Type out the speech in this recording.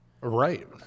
right